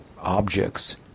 objects